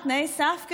תנאי סף,